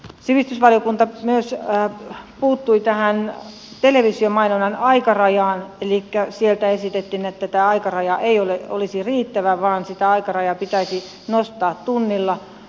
sivistysvaliokunta myös puuttui tähän televisiomainonnan aikarajaan elikkä sieltä esitettiin että tämä aikaraja ei olisi riittävä vaan sitä pitäisi nostaa tunnilla